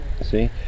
see